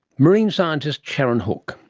marine scientist sharon hook,